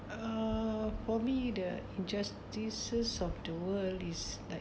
uh for me the injustices of the world is like